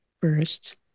first